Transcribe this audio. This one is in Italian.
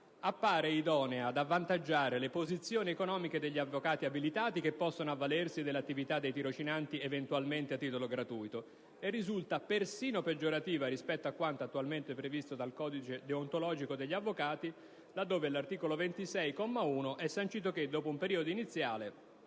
appare idonea ad avvantaggiare le posizioni economiche degli avvocati abilitati, che possono avvalersi dell'attività dei tirocinanti eventualmente a titolo gratuito, e risulta persino peggiorativa rispetto a quanto attualmente previsto nel codice deontologico degli avvocati, dove, all'articolo 26, comma 1, è sancito che, dopo un periodo iniziale,